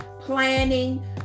planning